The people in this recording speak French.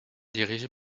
dirigé